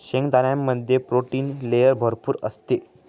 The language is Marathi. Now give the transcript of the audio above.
शेंगदाण्यामध्ये प्रोटीन लेयर भरपूर असते